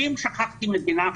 ואם שכחתי מדינה אחת,